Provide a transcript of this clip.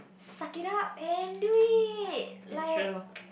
suck it up and do it like